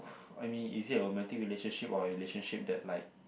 is it a romantic relationship or a relationship that like